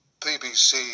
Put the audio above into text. BBC